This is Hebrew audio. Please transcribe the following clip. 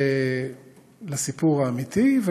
לסיפור האמיתי,